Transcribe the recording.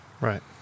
Right